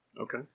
Okay